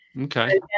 Okay